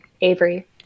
Avery